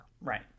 Right